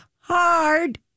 Hard